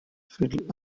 phil